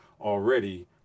already